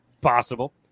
Possible